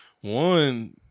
One